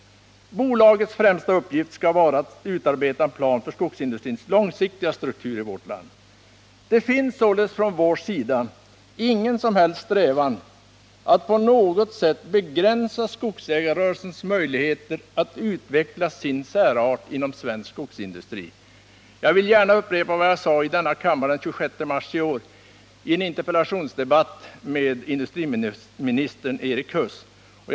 Bolagets främsta uppgift skall vara att utarbeta en plan för skogsindustrins långsiktiga struktur i vårt land. Det finns således från vår sida ingen som helst strävan att på något sätt begränsa skogsägarrörelsens möjligheter att utveckla sin särart inom svensk skogsindustri. Jag vill gärna upprepa vad jag sade i denna kammare den 26 mars i år i en interpellationsdebatt med industriministern Erik Huss.